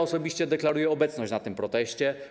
Osobiście deklaruję obecność na tym proteście.